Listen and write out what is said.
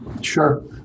sure